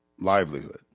livelihood